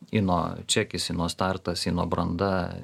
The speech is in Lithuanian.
ino čekis ino startas ino branda